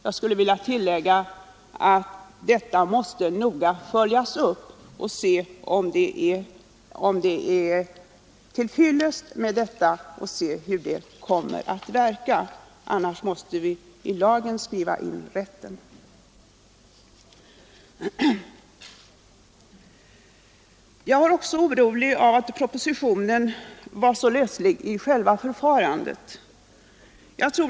Jag vill tillägga att den saken måste följas upp noga, så att man ser om det är till fyllest och hur det kommer att verka. Är det inte till fyllest måste vi skriva in rätten i lagen. Jag har också varit orolig över att propositionen var så löslig när det gäller själva ansökningsförfarandet.